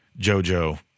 JoJo